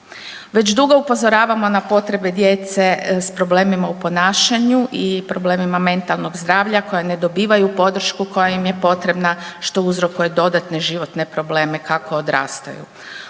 Već dugo upozoravamo na potrebe djece s problemima u ponašanju i problemima mentalnog zdravlja koje ne dobivaju podršku koja im je potrebna što uzrokuje dodatne životne probleme kako odrastaju.